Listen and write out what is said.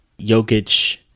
Jokic